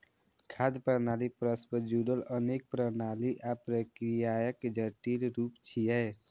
खाद्य प्रणाली परस्पर जुड़ल अनेक प्रणाली आ प्रक्रियाक जटिल रूप छियै